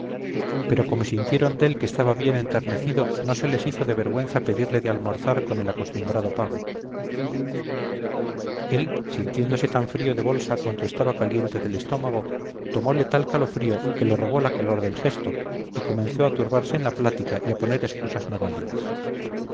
pero como sintieron dél que estaba bien enternecido no se les hizo de vergüenza pedirle de almorzar con el acostumbrado pago él sintiéndose tan frío de bolsa cuanto estaba caliente del estómago tomóle tal calofrío que le robó la color del gesto y comenzó a turbarse en la plática y a poner excusas no validas